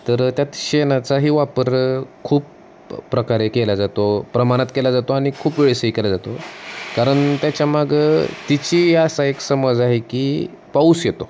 तर त्यात शेणाचाही वापर खूप प्रकारे केला जातो प्रमाणात केला जातो आणि खूप वेळेसही केला जातो कारण त्याच्यामागं तिची असा एक समज आहे की पाऊस येतो